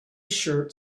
shirt